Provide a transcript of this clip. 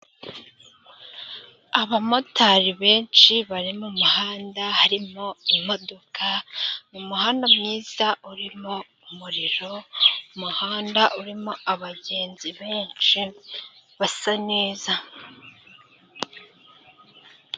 Abamotari benshi bari mu muhanda harimo imodoka, umuhanda mwiza urimo umuriro, umuhanda urimo abagenzi benshi basa neza.